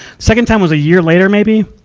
second time was a year later, maybe.